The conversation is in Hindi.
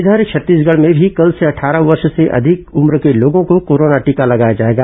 इधर छत्तीसगढ में भी कल से अटठारह वर्ष से अधिक उम्र के लोगों को कोरोना टीका लगाया जाएगा